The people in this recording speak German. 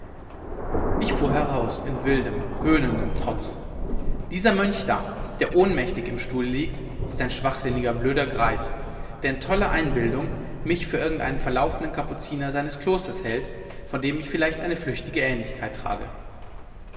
ich fuhr heraus beinahe in wildem höhnendem trotz dieser mönch da der ohnmächtig im stuhle liegt ist ein schwachsinniger blöder greis der in toller einbildung mich für irgendeinen verlaufenen kapuziner seines klosters hält von dem ich vielleicht eine flüchtige ähnlichkeit trage